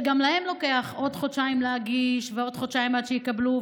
שגם אותן לוקח עוד חודשיים להגיש ועוד חודשיים עד שיקבלו,